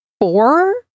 four